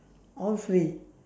all free